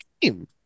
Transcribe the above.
Game